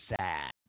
Sad